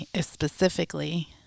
specifically